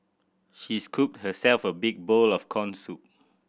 she scooped herself a big bowl of corn soup